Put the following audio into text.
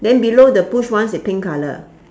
then below the push once is pink colour